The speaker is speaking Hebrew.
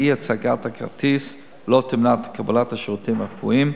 שאי-הצגת הכרטיס לא תמנע את קבלת השירותים הרפואיים,